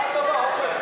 תן צ'אנס.